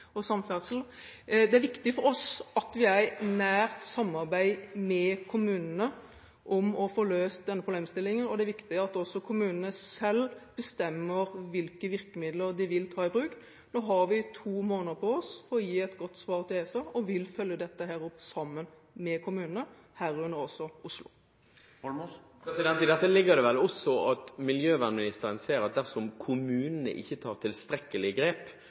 Det er viktig for oss at vi er i nært samarbeid med kommunene om å få løst dette problemet. Det er også viktig at kommunene selv bestemmer hvilke virkemidler de vil ta i bruk. Nå har vi to måneder på oss til å gi et godt svar til ESA og vil følge dette opp sammen med kommunene, herunder også Oslo. I dette ligger det vel også at miljøvernministeren ser at dersom kommunene ikke tar tilstrekkelige grep,